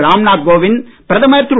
ராம்நாத் கோவிந்த் பிரதமர் திரு